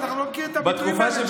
אנחנו לא מכירים את הביטויים האלה שלכם.